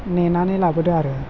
नेनानै लाबोदो आरो